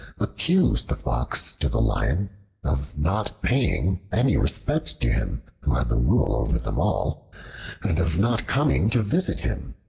accused the fox to the lion of not paying any respect to him who had the rule over them all and of not coming to visit him.